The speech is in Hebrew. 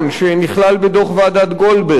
שנכלל בדוח ועדת-גולדברג.